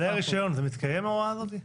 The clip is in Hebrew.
בעלי הרשיון, זה מתקיים ההוראה הזאת?